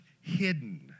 hidden